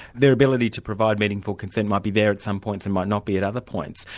their ability to provide meaningful consent might be there at some points and might not be at other points.